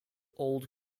old